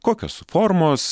kokios formos